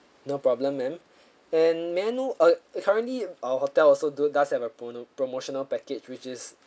no problem ma'am and may I know uh currently our hotel also do does have a promo promotional package which is